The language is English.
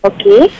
Okay